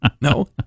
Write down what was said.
No